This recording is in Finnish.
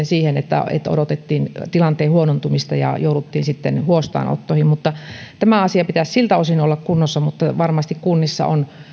siihen että odotettiin tilanteen huonontumista ja jouduttiin huostaanottoihin tämän asian pitäisi siltä osin olla kunnossa mutta varmasti kunnissa on